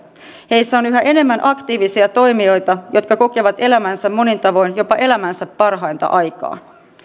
heissä on yhä enemmän aktiivisia toimijoita jotka kokevat elävänsä monin tavoin jopa elämänsä parhainta aikaa